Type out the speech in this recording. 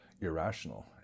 irrational